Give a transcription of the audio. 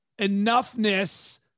enoughness